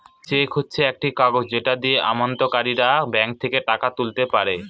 check হচ্ছে একটা কাগজ যেটা দিয়ে আমানতকারীরা ব্যাঙ্ক থেকে টাকা তুলতে পারে